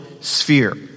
sphere